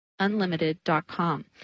unlimited.com